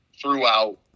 throughout –